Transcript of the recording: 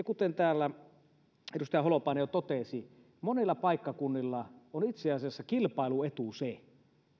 kuten täällä edustaja holopainen jo totesi monilla paikkakunnilla on itse asiassa kilpailuetu se